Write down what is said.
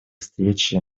встрече